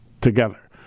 together